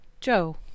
Joe